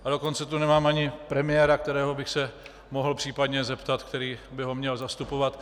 A dokonce tu nemáme ani premiéra, kterého bych se mohl případně zeptat, který by ho měl zastupovat.